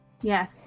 Yes